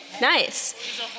nice